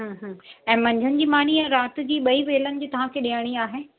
हूं हूं ऐं मंझंदि जी मानी ऐं राति जी ॿई वेलनि जी तव्हांखे ॾियणी आहे